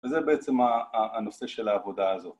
‫וזה בעצם הנושא של העבודה הזאת.